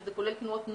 שזה כולל תנועות נוער,